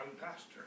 pastor